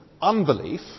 unbelief